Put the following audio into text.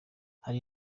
hari